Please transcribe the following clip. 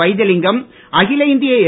வைத்திலிங்கம் அகில இந்திய என்